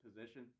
position